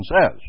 says